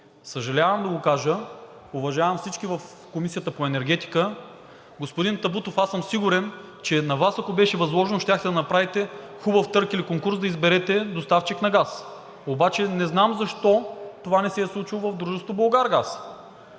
Съжалявам да го кажа, уважавам всички в Комисията по енергетика. Господин Табутов, аз съм сигурен, че ако на Вас беше възложено, щяхте да направите хубав търг или конкурс, за да изберете доставчик на газ. Обаче не знам защо това не се е случило в дружеството „Булгаргаз“?!